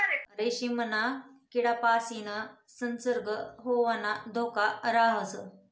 रेशीमना किडापासीन संसर्ग होवाना धोका राहस